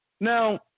Now